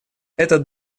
этот